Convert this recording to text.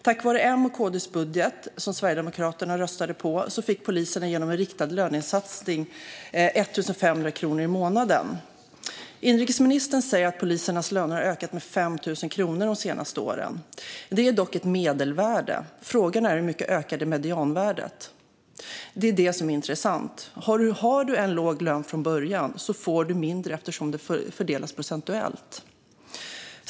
Tack vare Moderaternas och Kristdemokraternas budget, som Sverigedemokraterna röstade på, fick poliserna genom en riktad lönesatsning 1 500 kronor mer i månaden. Inrikesministern säger att polisernas löner har ökat med 5 000 kronor de senaste åren. Det är dock ett medelvärde. Frågan är hur mycket medianvärdet ökade. Det är det som är intressant. Har du en låg lön från början får du mindre, eftersom det fördelas procentuellt.